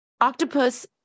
Octopus